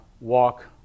walk